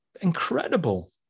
Incredible